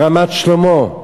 ברמת-שלמה?